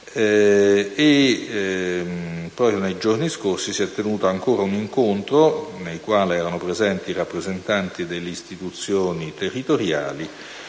Proprio nei giorni scorsi si è tenuto ancora un incontro nel quale erano presenti i rappresentanti delle istituzioni territoriali